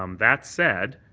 um that said,